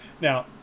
now